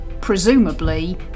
presumably